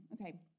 Okay